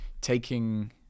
taking